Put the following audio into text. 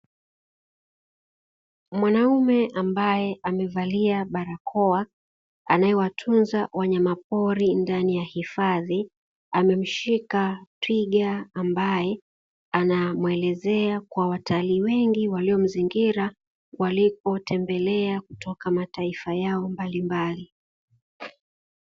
Mwanaume ambaye amevalia barakoa anayewatunza wanyama pori ndani ya hifadhi, amemshika twiga ambaye anamuelezea kwa watalii wengi waliomzingira, walipotembelea kutoka mataifa yao mbalimbali.